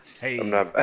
Hey